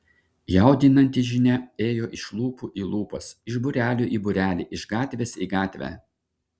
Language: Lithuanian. jaudinanti žinia ėjo iš lūpų į lūpas iš būrelio į būrelį iš gatvės į gatvę